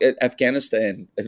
Afghanistan